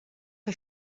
que